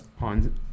on